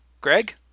Greg